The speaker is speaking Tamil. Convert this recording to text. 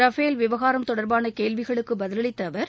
ரபேல் விவகாரம் தொடர்பான கேள்விகளுக்கு பதிலளித்த அவர்